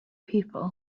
people